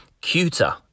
cuter